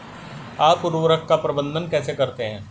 आप उर्वरक का प्रबंधन कैसे करते हैं?